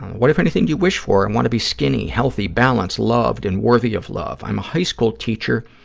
what, if anything, do you wish for? i and want to be skinny, healthy, balanced, loved and worthy of love. i'm a high school teacher,